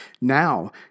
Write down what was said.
Now